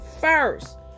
first